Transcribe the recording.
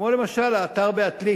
כמו למשל האתר בעתלית,